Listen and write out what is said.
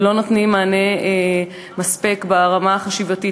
ולא נותנים מענה מספיק ברמה החשיבתית.